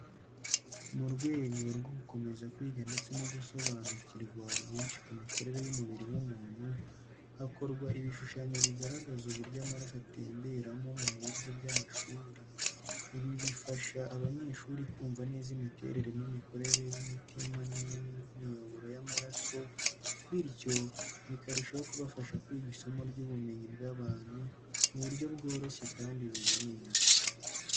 Mu rwego rwo gukomeza kwiga, ndetse no gusobanukirwa byinshi ku mikorere y’umubiri w’umuntu, hakorwa ibishushanyo bigaragaza uburyo amaraso atemberamo mu bigo by’amashuri. Ibi bifasha abanyeshuri kumva neza imiterere n’imikorere y’umutima n’imiyoboro y’amaraso, bityo bikarushaho kubafasha kwiga isomo ry’ubumenyi bw’abantu mu buryo bworoshye kandi buboneye.